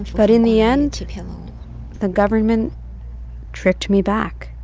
but in the end, the government tricked me back